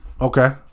Okay